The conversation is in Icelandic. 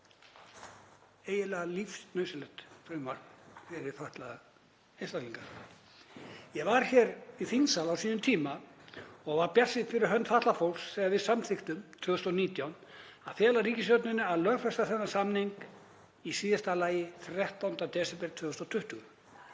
eiginlega lífsnauðsynlegt frumvarp fyrir fatlaða einstaklinga. Ég var hér í þingsal á sínum tíma og var bjartsýnn fyrir hönd fatlaðs fólks þegar við samþykktum 2019 að fela ríkisstjórninni að lögfesta þennan samning í síðasta lagi 13. desember 2020.